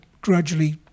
gradually